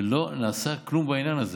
ולא נעשה כלום בעניין הזה?